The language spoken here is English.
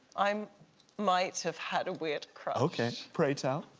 i um might have had a weird crush. ok. pray tell.